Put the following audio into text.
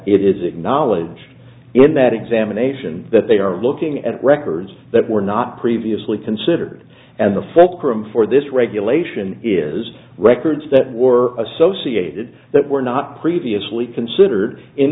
it is acknowledge in that examination that they are looking at records that were not previously considered and effect from for this regulation is records that were associated that were not previously considered in